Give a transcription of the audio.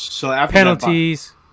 Penalties